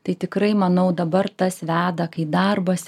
tai tikrai manau dabar tas veda kai darbas